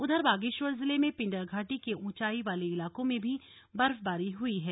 उधर बागेश्वर जिले में पिंडर घाटी के उंचाई वाले ईलाकों में भी बर्फबारी हुई है